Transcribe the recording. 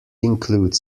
include